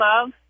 Love